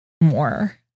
more